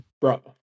bro